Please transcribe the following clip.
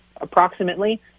approximately